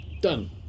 Done